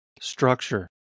structure